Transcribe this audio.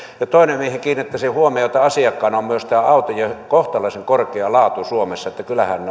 toinen mihin kiinnittäisin huomiota asiakkaana on myös tämä autojen kohtalaisen korkea laatu suomessa että kyllähän